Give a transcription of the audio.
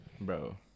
Bro